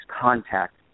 contact